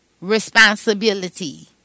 responsibility